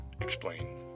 explain